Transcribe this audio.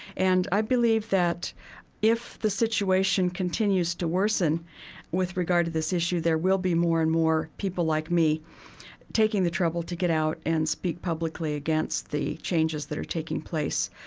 and i believe that if the situation continues to worsen with regard to this issue, there will be more and more people like me taking the trouble to get out and speak publicly against the changes that are taking place.